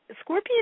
scorpion